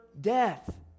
death